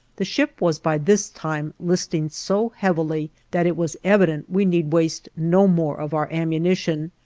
the ship was by this time listing so heavily that it was evident we need waste no more of our ammunition,